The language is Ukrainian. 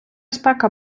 спека